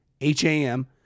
H-A-M